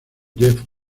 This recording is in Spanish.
jeff